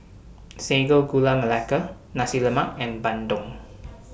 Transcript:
Sago Gula Melaka Nasi Lemak and Bandung